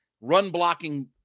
run-blocking